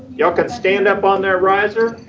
y'all can stand up on that riser.